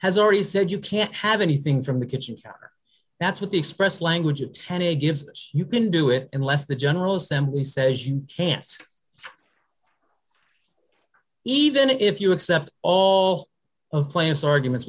has already said you can't have anything from the kitchen counter that's what the express language of tennessee gives you can do it unless the general assembly says you can't even if you accept all of claims arguments